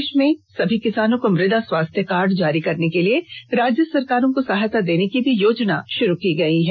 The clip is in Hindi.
देश में सभी किसानों को मृदा स्वास्थ्य कार्ड जारी करने के लिए राज्य सरकारों को सहायता देने की योजना भी शुरू की गई है